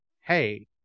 hey